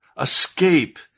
escape